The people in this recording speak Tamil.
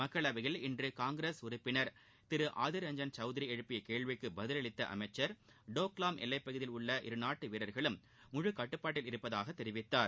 மக்களவையில் இன்று காங்கிரஸ் உறுப்பினர் திரு ஆதிர் ரஞ்சன் சௌத்ரி எழுப்பிய கேள்விக்கு பதிலளித்த அமைச்சர் டோக்லாம் எல்லைப்பகுதியில் உள்ள இருநாட்டு வீரர்களும் முழு கட்டுப்பாட்டில் இருப்பதாக தெரிவித்தார்